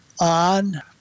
on